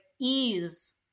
ease